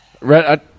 Red